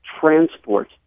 transport